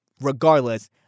regardless